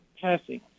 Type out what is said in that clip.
passing